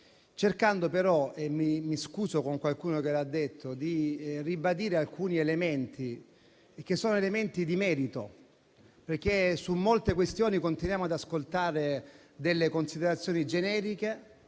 cercando però - mi scuso con qualcuno che l'ha detto - di ribadire alcuni elementi che sono di merito, perché su molte questioni continuiamo ad ascoltare considerazioni generiche,